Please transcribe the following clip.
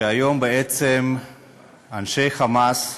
היום בעצם אנשי "חמאס",